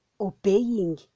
obeying